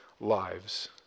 lives